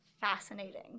fascinating